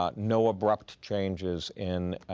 um no abrupt changes in